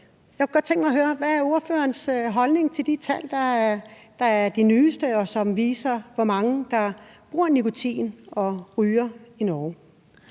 hvad ordførerens holdning er til de tal, der er de nyeste, og som viser, hvor mange der bruger nikotin og ryger i Norge.